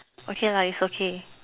okay lah is okay